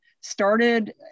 started